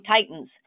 Titans